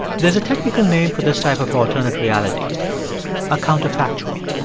there's a technical name for this type of alternate reality a counterfactual.